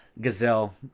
gazelle